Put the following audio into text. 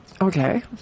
Okay